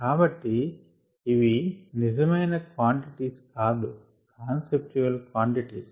కాబట్టి ఇవి నిజమైన క్వాంటిటీస్ కాదు కాన్సెప్టువల్ క్వాంటిటీస్